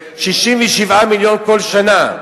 67 מיליון כל שנה.